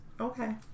okay